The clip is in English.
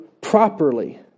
properly